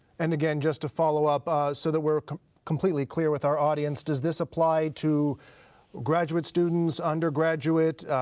and again, just to follow up so that we're completely clear with our audience, does this apply to graduate students, undergraduate,